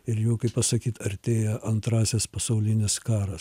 ir jau kaip pasakyt artėja antrasis pasaulinis karas